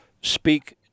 speak